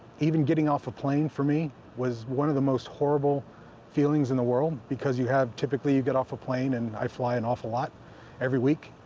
even getting off a plane for me was one of the most horrible feelings in the world because you have typically you get off a plane and i fly an awful lot every week.